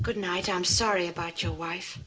good night i'm sorry about your wife